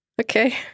Okay